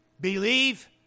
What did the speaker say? believe